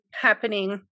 happening